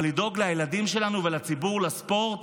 אבל לדאוג לילדים שלנו ולציבור לספורט,